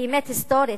היא אמת היסטורית,